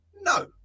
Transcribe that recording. No